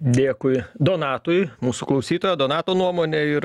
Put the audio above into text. dėkui donatui mūsų klausytojo donato nuomonė ir